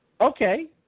okay